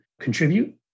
contribute